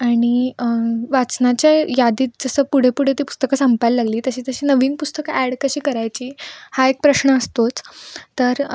आणि वाचनाच्या यादीत जसं पुढे पुढे ते पुस्तकं सांपायला लागली तशी तशी नवीन पुस्तकं ॲड कशी करायची हा एक प्रश्न असतोच तर